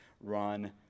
Run